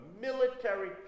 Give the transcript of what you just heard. military